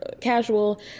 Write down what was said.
casual